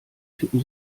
tippen